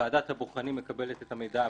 ועדת הבוחנים מקבלת את המידע הפלילי,